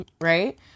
Right